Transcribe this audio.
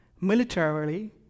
militarily